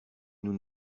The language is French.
nous